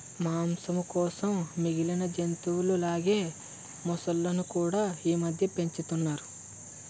మాంసం కోసం మిగిలిన జంతువుల లాగే మొసళ్ళును కూడా ఈమధ్య పెంచుతున్నారు